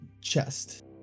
chest